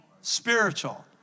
Spiritual